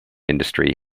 industry